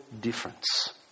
difference